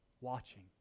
watching